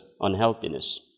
unhealthiness